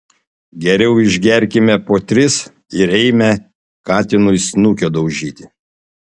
geriau išgerkime po tris ir eime katinui snukio daužyti